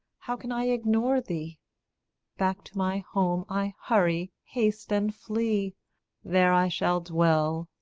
how can i ignore thee back to my home i hurry, haste, and flee there i shall dwell,